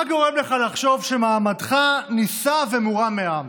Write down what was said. מה גורם לך לחשוב שמעמדך נישא ומורם מעם?